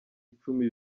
icumi